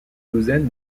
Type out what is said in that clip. douzaine